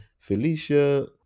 Felicia